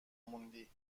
موندی